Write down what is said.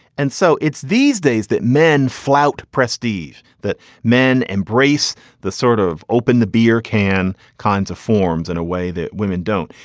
and so it's these days that men flout prestes, that men embrace the sort of open the beer can kinds of forms in a way that women don't,